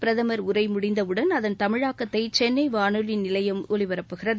பிரதமர் உரை முடிந்தவுடன் அதன் தமிழாக்கத்தை சென்னை வானொலி நிலையம் ஒலிபரப்புகிறது